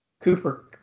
Cooper